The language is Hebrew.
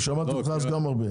שמעתי אותך אז גם הרבה.